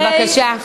בבקשה.